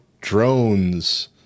drones